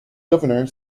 governor